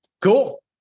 Cool